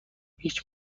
هیچ